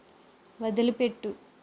వదిలిపెట్టు